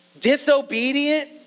disobedient